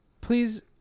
please